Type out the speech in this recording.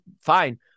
fine